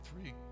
three